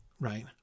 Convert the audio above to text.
right